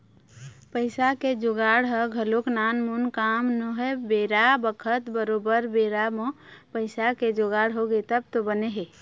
पइसा के जुगाड़ ह घलोक नानमुन काम नोहय बेरा बखत बरोबर बेरा म पइसा के जुगाड़ होगे तब तो बने हे